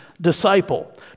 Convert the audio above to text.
disciple